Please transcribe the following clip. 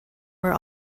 were